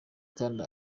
kandi